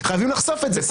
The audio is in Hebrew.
חייבים לחשוף את זה,